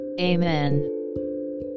Amen